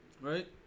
right